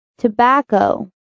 Tobacco